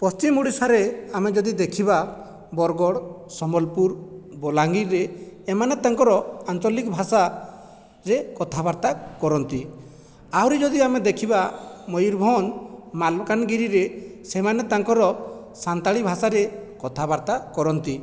ପଶ୍ଚିମ ଓଡ଼ିଶାରେ ଆମେ ଯଦି ଦେଖିବା ବରଗଡ଼ ସମ୍ବଲପୁର ବଲାଙ୍ଗୀରରେ ଏମାନେ ତାଙ୍କର ଆଞ୍ଚଲିକ ଭାଷା ରେ କଥାବାର୍ତ୍ତା କରନ୍ତି ଆହୁରି ଯଦି ଆମେ ଦେଖିବା ମୟୁରଭଞ୍ଜ ମାଲକାନଗିରିରେ ସେମାନେ ତାଙ୍କର ସାନ୍ତାଳୀ ଭାଷାରେ କଥାବାର୍ତ୍ତା କରନ୍ତି